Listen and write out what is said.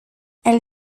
elle